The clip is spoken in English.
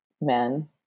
men